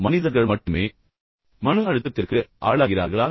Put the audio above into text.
மனிதர்கள் மட்டுமே மன அழுத்தத்திற்கு ஆளாகிறார்களா